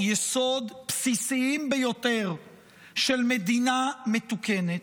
יסוד בסיסיים ביותר של מדינה מתוקנת,